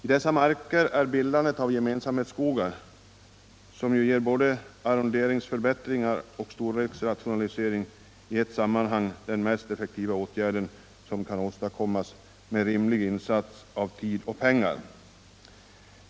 I dessa marker är bildandet av gemensamhetsskogar, som ju ger både arronderingsförbättringar och storleksrationalisering i ett sammanhang, den mest effektiva åtgärd som kan åstadkommas med rimlig insats av tid och pengar.